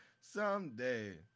Someday